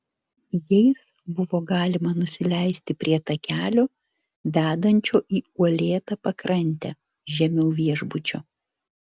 jais buvo galima nusileisti prie takelio vedančio į uolėtą pakrantę žemiau viešbučio